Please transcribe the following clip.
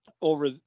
over